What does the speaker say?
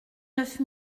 neuf